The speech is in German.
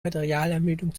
materialermüdung